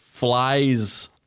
flies